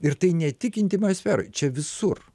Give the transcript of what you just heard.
ir tai ne tik intymioj sferoj čia visur